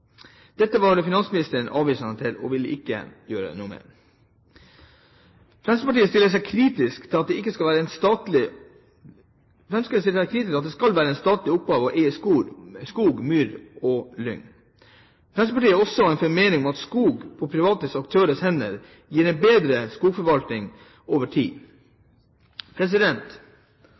Dette stilte finansministeren seg avvisende til og ville ikke gjøre noe med det. Fremskrittspartiet stiller seg kritisk til at det skal være en statlig oppgave å eie skog, myr og lyng. Fremskrittspartiet er av den formening at skog på private aktørers hender gir bedre skogforvaltning over tid.